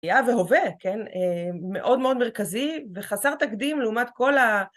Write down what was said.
קריאה והווה, כן? מאוד מאוד מרכזי וחסר תקדים לעומת כל ה...